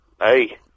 Hey